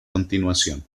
continuación